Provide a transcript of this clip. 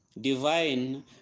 divine